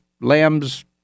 lambs